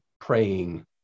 praying